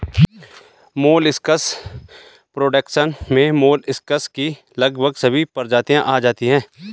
molluscs production में molluscs की लगभग सभी प्रजातियां आ जाती हैं